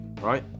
right